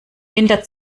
winter